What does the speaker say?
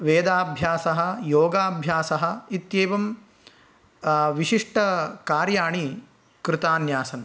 वेदाभ्यासः योगाभ्यासः इत्येवं विशिष्टकार्याणि कृतान्यासन्